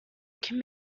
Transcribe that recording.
can